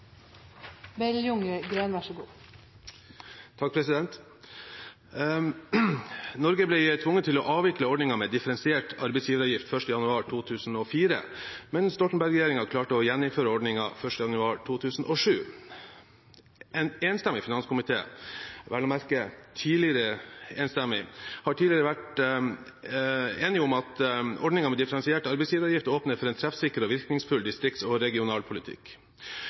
Norge ble tvunget til å avvikle ordningen med differensiert arbeidsgiveravgift 1. januar 2004, men Stoltenberg-regjeringen klarte å gjeninnføre ordningen fra 1. januar 2007. En enstemmig finanskomité – vel å merke tidligere enstemmig – har tidligere vært enig om at ordningen med differensiert arbeidsgiveravgift åpner for en treffsikker og virkningsfull distrikts- og regionalpolitikk.